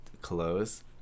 Close